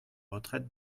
retraite